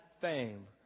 fame